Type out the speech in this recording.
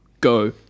go